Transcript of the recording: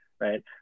right